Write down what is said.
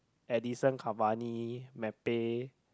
Edinson-Cavani-Mbappe